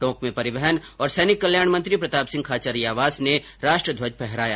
टोंक में परिवहन और सैनिक कल्याण मंत्री प्रताप सिंह खाचरियावास ने राष्ट्र ध्वज फहराया